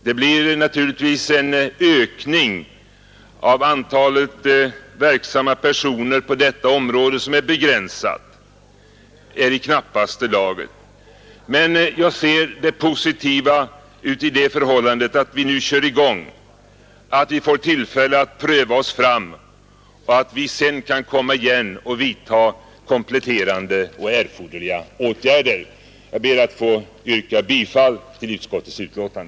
Det blir naturligtvis en ökning av antalet verksamma personer på området, men den är i knappaste laget. Det positiva är emellertid att vi nu kan köra i gång och får tillfälle att pröva oss fram så att vi sedan kan komma igen och vidta kompletterande och erforderliga åtgärder. Jag ber att få yrka bifall till utskottets förslag.